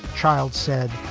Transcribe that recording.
childs said,